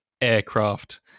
aircraft